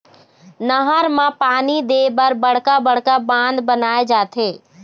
नहर म पानी दे बर बड़का बड़का बांध बनाए जाथे